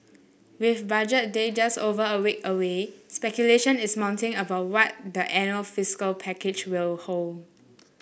with Budget Day just over a week away speculation is mounting about what the annual fiscal package will hold